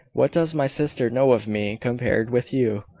what does my sister know of me compared with you?